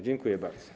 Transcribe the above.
Dziękuję bardzo.